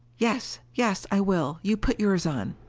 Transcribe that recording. yes yes, i will. you put yours on.